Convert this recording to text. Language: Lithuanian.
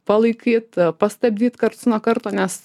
palaikyt pastabdyt karts nuo karto nes